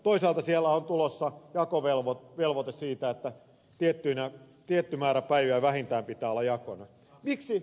toisaalta siellä on tulossa jakovelvoite siitä että tietty määrä päiviä vähintään pitää olla jakona